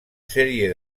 sèrie